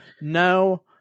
No